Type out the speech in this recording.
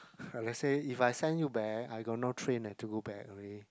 uh let's say if I send you back I got no train eh to go back already